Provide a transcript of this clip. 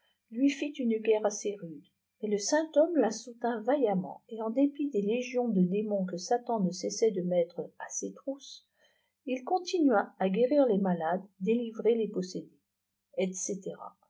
lui fit une guerre assez rude maislesainibotiume la soutint vaillamment et en dépit des légions de démons que satan ne cessait de mettre à ses trousses il continua à guérir les malades délivrer les possédés etc